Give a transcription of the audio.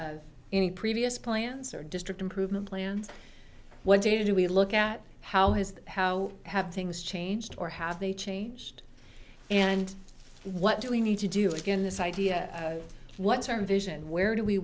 of any previous plans or district improvement plans what data do we look at how has how have things changed or have they changed and what do we need to do again this idea of what's our vision where do we